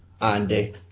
Andy